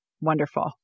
Wonderful